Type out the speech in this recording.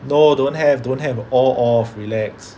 no don't have don't have all off relax